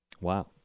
Wow